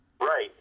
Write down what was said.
Right